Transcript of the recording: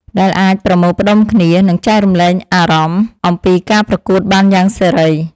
ដែលអាចប្រមូលផ្តុំគ្នា និងចែករំលែកអារម្មណ៍អំពីការប្រកួតបានយ៉ាងសេរី។